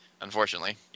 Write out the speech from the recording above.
unfortunately